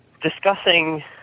discussing